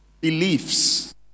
beliefs